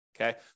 Okay